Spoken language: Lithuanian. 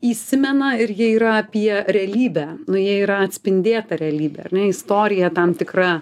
įsimena ir jie yra apie realybę nu jie yra atspindėta realybė ar ne istorija tam tikra